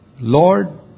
Lord